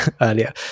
earlier